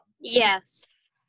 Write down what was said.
Yes